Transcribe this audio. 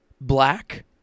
black